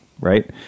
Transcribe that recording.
right